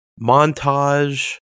montage